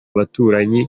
baturanyi